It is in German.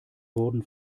wurden